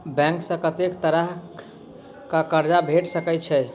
Bank सऽ कत्तेक तरह कऽ कर्जा भेट सकय छई?